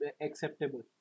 acceptable